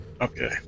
Okay